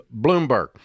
Bloomberg